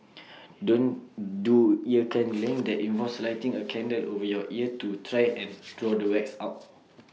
don't do ear candling that involves lighting A candle over your ear to try and draw the wax out